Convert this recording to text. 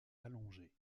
allongé